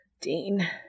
Dean